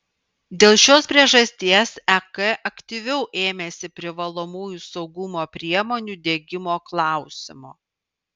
dėl šios priežasties ek aktyviau ėmėsi privalomųjų saugumo priemonių diegimo klausimo